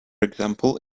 example